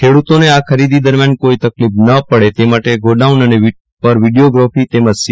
ખેડૂતોને આ ખરીદી દરમ્યાન કોઇપણ તકલીફ ન પડે તે માટે ગોડાઉન પર વિડીયોગ્રાફી તેમજ સી